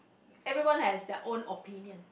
everyone has their own opinion